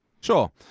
sure